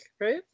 right